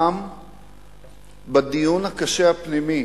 גם בדיון הפנימי